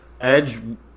Edge